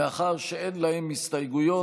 מאחר שאין להם הסתייגויות.